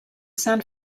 san